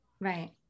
Right